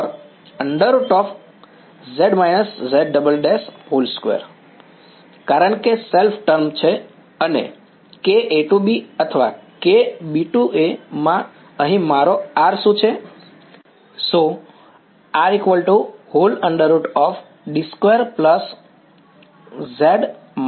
R √z − z′2 or √z − z′′2 કારણ કે self term છે અને KA→B અથવા KB→A માં અહીં મારો R શું છે